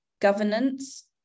governance